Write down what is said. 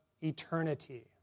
eternity